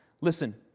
Listen